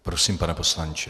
Prosím, pane poslanče.